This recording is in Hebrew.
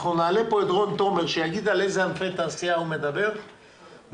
נשמע את רון תומר שגיד על איזה ענפי תעשייה הוא מדבר ונחליט.